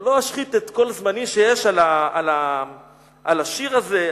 לא אשחית את כל זמני על השיר הזה.